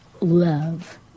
love